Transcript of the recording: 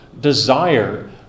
desire